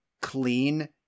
clean